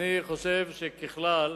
ככלל,